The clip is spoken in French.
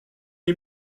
est